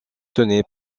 tenait